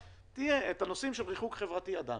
את הנושאים של ריחוק חברתי ידענו,